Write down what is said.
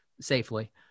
safely